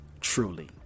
truly